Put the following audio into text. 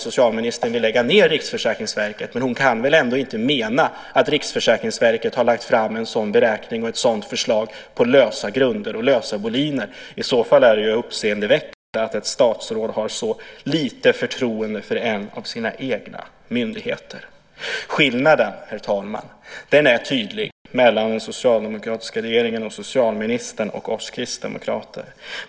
Socialministern vill ju lägga ned Riksförsäkringsverket, men hon kan väl inte mena att Riksförsäkringsverket har gjort en sådan beräkning på lösa grunder. I så fall är det uppseendeväckande att ett statsråd har så lite förtroende för en av sina egna myndigheter. Skillnaden, herr talman, är tydlig mellan den socialdemokratiska regeringen, socialministern och oss kristdemokrater.